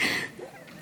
מותר להתרגש.